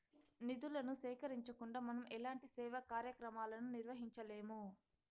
నిధులను సేకరించకుండా మనం ఎలాంటి సేవా కార్యక్రమాలను నిర్వహించలేము